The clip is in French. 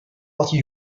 partie